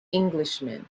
englishman